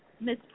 miss